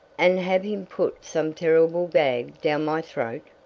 and have him put some terrible gag down my throat?